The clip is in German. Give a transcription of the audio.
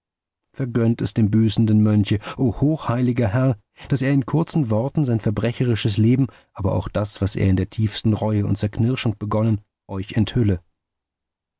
vergönnt es dem büßenden mönche o hochheiliger herr daß er in kurzen worten sein verbrecherisches leben aber auch das was er in der tiefsten reue und zerknirschung begonnen euch enthülle